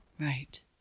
Right